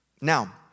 Now